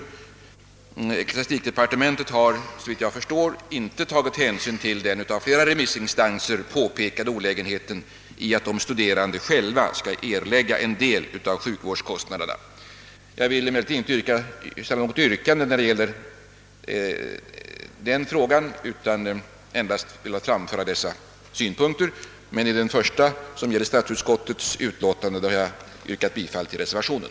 Ecklesiastikdepartementet har såvitt jag förstår inte tagit hänsyn till den av flera remissinstanser påpekade olägenheten i att de studerande själva skall erlägga en del av sjukvårdskostnaderna. Jag vill emellertid inte ställa något yrkande i denna fråga utan har endast velat framföra dessa synpunkter, men i den första frågan som behandlas i statsutskottets utlåtande har jag yrkat bifall till reservationen.